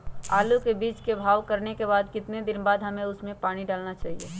आलू के बीज के भाव करने के बाद कितने दिन बाद हमें उसने पानी डाला चाहिए?